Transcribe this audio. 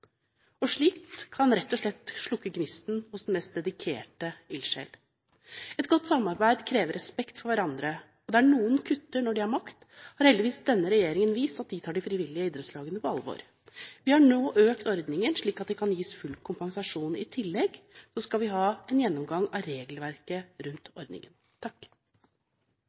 Og slikt kan rett og slett slukke gnisten hos den mest dedikerte ildsjel. Et godt samarbeid krever at man har respekt for hverandre, og der noen kutter når de har makt, har heldigvis denne regjeringen vist at de tar de frivillige idrettslagene på alvor. Vi har nå økt ordningen, slik at det kan gis full kompensasjon. I tillegg skal vi ha en gjennomgang av regelverket rundt ordningen.